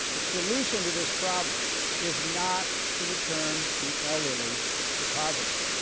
the solution to this problem is not to return the elderly to poverty.